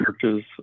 churches